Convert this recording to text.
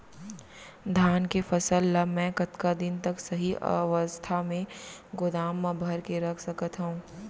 धान के फसल ला मै कतका दिन तक सही अवस्था में गोदाम मा भर के रख सकत हव?